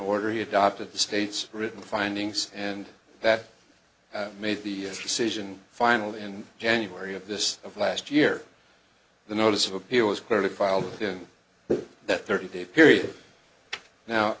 order he adopted the state's written findings and that made the decision finally in january of this of last year the notice of appeal is clearly filed in that thirty day period now